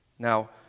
Now